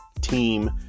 team